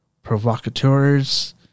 Provocateurs